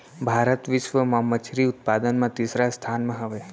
भारत बिश्व मा मच्छरी उत्पादन मा तीसरा स्थान मा हवे